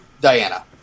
Diana